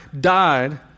died